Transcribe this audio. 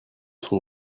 sont